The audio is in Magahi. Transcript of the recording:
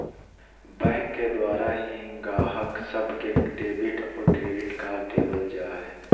बैंक के द्वारा ही गाहक सब के डेबिट और क्रेडिट कार्ड देवल जा हय